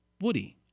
Woody